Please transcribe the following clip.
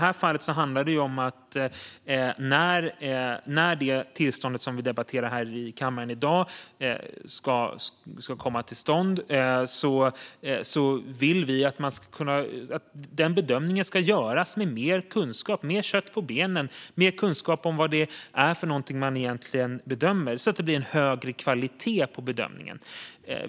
Liberalerna vill att bedömningen när man ska bevilja det tillstånd vi nu debatterar ska göras med mer kunskap och mer kött på benen så att det blir en högre kvalitet på bedömningen.